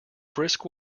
brisk